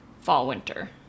fall-winter